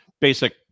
basic